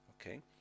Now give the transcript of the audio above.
Okay